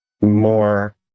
more